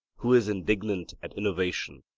who is indignant at innovation,